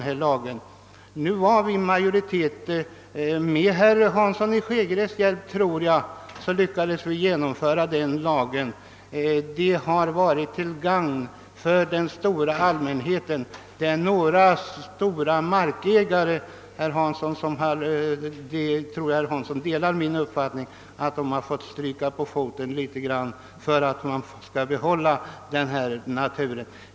Vi lyckades få majoritet — jag tror med herr Hanssons i Skegrie hjälp — för att genomföra denna lag, vilket varit till gagn för den stora allmän heten. Det är några stora markägare — herr Hansson är nog liksom jag medveten om detta — som har fått stryka litet grand på foten för att vi skulle få tillgång till dessa naturvärden.